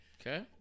Okay